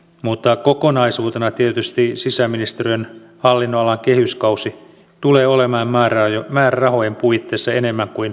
mutta kokonaisuutena tietysti sisäministeriön hallinnonalan kehyskausi tulee olemaan määrärahojen puitteissa enemmän kuin haastava